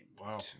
Wow